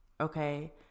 okay